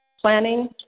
planning